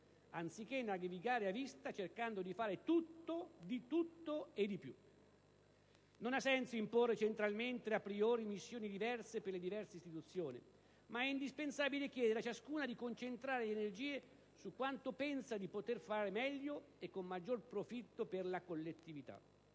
anziché navigare a vista cercando di fare tutte di tutto e di più. Non ha senso imporre centralmente, a priori, missioni diverse per le diverse istituzioni, ma è indispensabile chiedere a ciascuna di concentrare le energie su quanto pensa di poter fare meglio e con maggior profitto per la collettività.